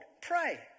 pray